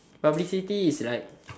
publicity is like